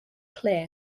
clear